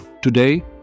Today